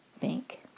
bank